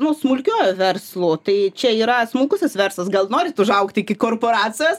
nu smulkiuoju verslu tai čia yra smulkusis verslas gal norit užaugt iki korporacijos